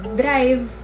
drive